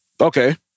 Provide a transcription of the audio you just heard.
Okay